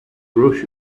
rush